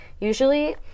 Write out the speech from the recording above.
Usually